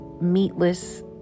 meatless